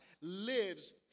lives